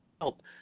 help